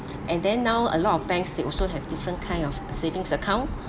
and then now a lot of banks they also have different kind of savings account